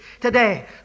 today